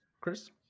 Chris